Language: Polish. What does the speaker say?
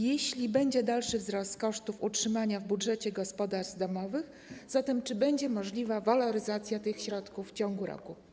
Jeśli będzie dalszy wzrost kosztów utrzymania w budżetach gospodarstw domowych, czy będzie możliwa waloryzacja tych środków w ciągu roku?